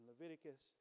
Leviticus